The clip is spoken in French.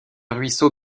ruisseau